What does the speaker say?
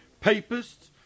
Papists